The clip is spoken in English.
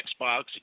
Xbox